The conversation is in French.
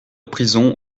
prison